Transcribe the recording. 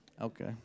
Okay